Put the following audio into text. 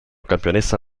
campionessa